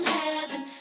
heaven